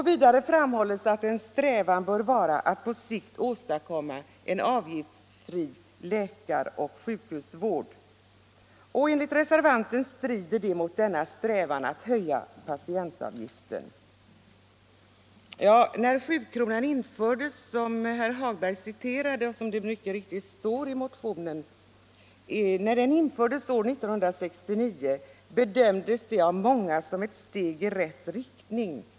Vidare framhåller han att en strävan bör vara att på sikt åstadkomma en avgiftsfri läkar och sjukvård. Enligt reservanten strider det mot denna strävan att höja patientavgiften. När sjukronan infördes år 1969, heter det i vpk-motionen — och det citerade herr Hagberg också - bedömdes detta av många som ett steg i rätt riktning.